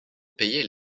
payait